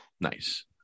nice